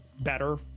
better